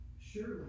Surely